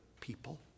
people